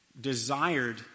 desired